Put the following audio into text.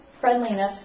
friendliness